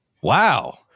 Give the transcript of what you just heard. Wow